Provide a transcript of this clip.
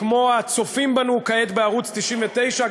כמו הצופים בנו כעת בערוץ 99,